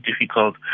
difficult